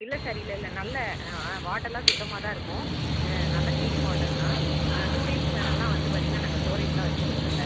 இல்லை சார் இல்லை இல்லை நல்ல வாட்டர்லாம் சுத்தமாக தான் இருக்கும் நல்ல க்ளீன் வாட்டர் தான் டூ டேஸ்க்கு மேலேலாம் வந்து பார்த்தீங்கன்னா நாங்கள் ஸ்டோரேஜ்லாம் வச்சுக்கிறதில்ல